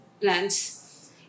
plants